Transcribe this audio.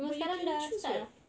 but you cannot choose [what]